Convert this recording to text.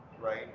right